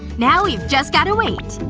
now we've just gotta wait